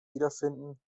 wiederfinden